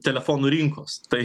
telefonų rinkos tai